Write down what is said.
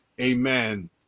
amen